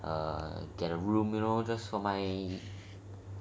err get a room you know just for my